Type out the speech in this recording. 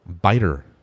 biter